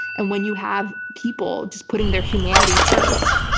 and when you have people just putting their humanity first,